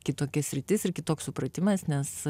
kitokia sritis ir kitoks supratimas nes